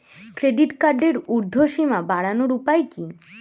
Credit কার্ডের উর্ধ্বসীমা বাড়ানোর উপায় কি?